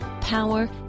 power